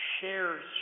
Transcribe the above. Shares